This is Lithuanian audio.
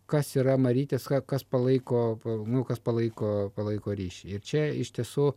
kas yra marytės kas palaiko pa nu kas palaiko palaiko ryšį ir čia iš tiesų